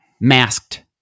Masked